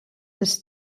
dass